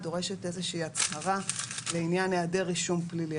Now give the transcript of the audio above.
ההתאחדות לכדורגל דורשת איזושהי הצהרה לעניין היעדר רישום פלילי.